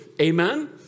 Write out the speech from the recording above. amen